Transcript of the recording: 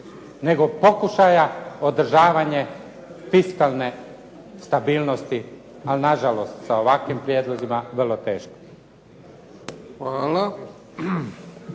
nego pokušaja održavanje fiskalne stabilnosti. Ali nažalost sa ovakvim prijedlozima vrlo teško.